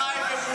אתה חי בבועה.